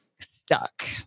stuck